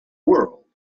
world